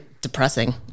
depressing